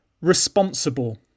responsible